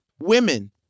Women